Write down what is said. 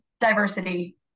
Diversity